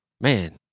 man